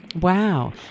Wow